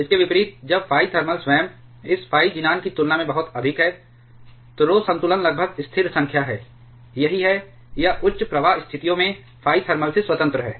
इसके विपरीत जब phi थर्मल स्वयं इस phi ज़ीनान की तुलना में बहुत अधिक है तो rho संतुलन लगभग स्थिर संख्या है यही है यह उच्च प्रवाह स्थितियों में phi थर्मल से स्वतंत्र है